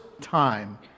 time